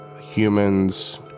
humans